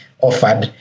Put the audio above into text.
offered